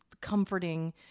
comforting